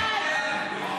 זה אולי מפריע לך,